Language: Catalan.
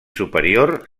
superior